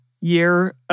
year